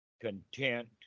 content